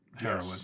heroin